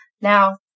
Now